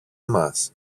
μας